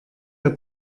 der